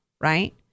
right